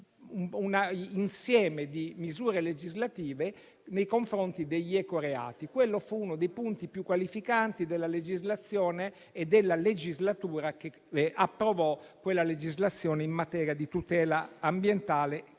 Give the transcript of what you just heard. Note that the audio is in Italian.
un insieme di misure legislative nei confronti degli ecoreati. Quello fu uno dei punti più qualificanti di quella legislatura: l'approvazione di quella legislazione in materia di tutela ambientale